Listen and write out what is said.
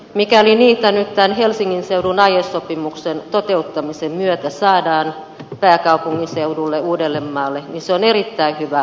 mikäli niitä nyt tämän helsingin seudun aiesopimuksen toteuttamisen myötä saadaan pääkaupunkiseudulle uudellemaalle niin se on erittäin hyvä asia